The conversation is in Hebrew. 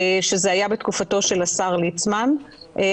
שזה היה בתקופתו של השר ליצמן,